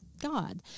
God